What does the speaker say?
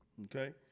Okay